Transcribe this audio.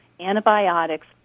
antibiotics